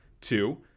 two